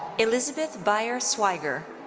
elizabeth beyer swiger.